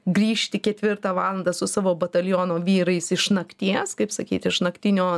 grįžti ketvirtą valandą su savo bataliono vyrais iš nakties kaip sakyti iš naktinio